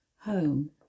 home